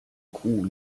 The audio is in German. kuh